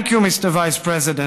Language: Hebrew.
Thank you, Mister Vice president.